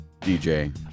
dj